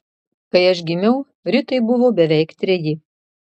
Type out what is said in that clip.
kai aš gimiau ritai buvo beveik treji